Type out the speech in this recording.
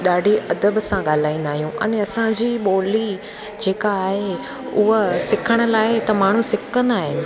ॾाढी अदब सां ॻाल्हाईंदा आहियूं अने असांजी ॿोली जेका आहे उहा सिखण लाइ त माण्हू सिकंदा आहिनि